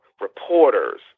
reporters